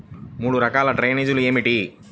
మూడు రకాల డ్రైనేజీలు ఏమిటి?